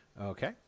Okay